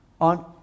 on